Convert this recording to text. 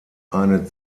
eine